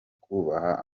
kubaha